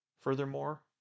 Furthermore